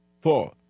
four